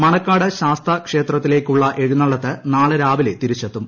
മണക്കാട് ശാസ്താ ക്ഷേത്രത്തിലേക്കുള്ള എഴുന്നള്ളത്ത് നാളെ രാവിലെ തിരിച്ചെത്തും